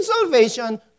salvation